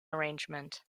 arrangement